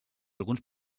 alguns